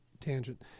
tangent